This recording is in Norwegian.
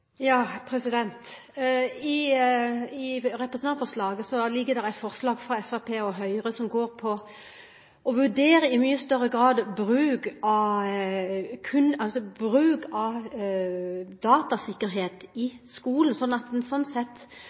I representantforslaget ligger det et forslag fra Fremskrittspartiet og Høyre som går i mye større grad på å vurdere bruken av datasikkerhet i skolen, slik at en